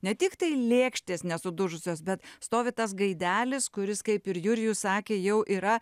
ne tik tai lėkštės nesudužusios bet stovi tas gaidelis kuris kaip ir jurijus sakė jau yra